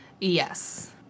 Yes